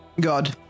God